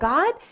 God